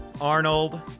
Arnold